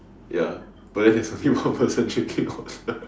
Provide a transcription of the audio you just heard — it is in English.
ya but then there's only one person drinking water